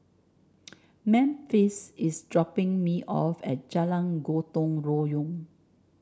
Memphis is dropping me off at Jalan Gotong Royong